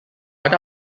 bud